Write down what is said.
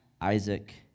Isaac